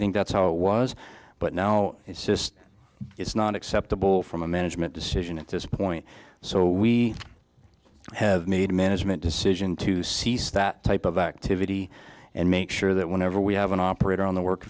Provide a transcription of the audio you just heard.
think that's how it was but now it's just it's not acceptable from a management decision at this point so we have made management decision to cease that type of activity and make sure that whenever we have an operator on the work